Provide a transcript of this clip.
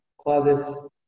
closets